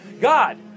God